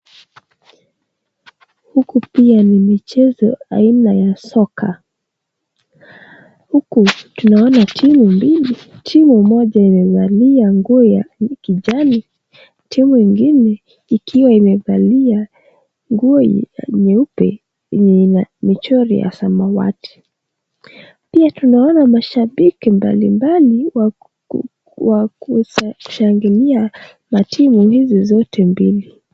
Huku pia ni michezo aina ya soka, huku tunaona timu mbili. Timu Moja imevalia nguo ya kijani timu ingine ikiwa imevalia nguo nyeupe yenye michoro ya samawati. Pia tunaona mashabiki mbalimbali wa kushangilia matimu hizi zote mbili.